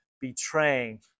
betraying